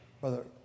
Brother